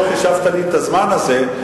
שלא חישבת לי את הזמן הזה,